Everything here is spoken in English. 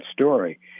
story